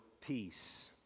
Peace